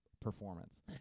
performance